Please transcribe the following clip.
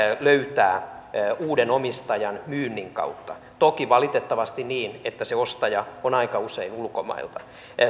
löytää uuden omistajan myynnin kautta toki valitettavasti niin että se ostaja on aika usein ulkomailta